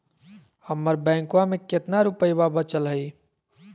हमर बैंकवा में कितना रूपयवा बचल हई?